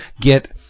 get